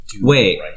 Wait